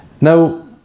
Now